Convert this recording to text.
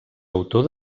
autor